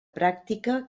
pràctica